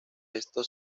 esto